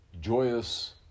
joyous